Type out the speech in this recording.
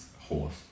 Horse